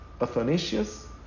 Athanasius